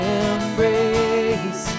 embrace